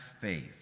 faith